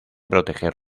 proteger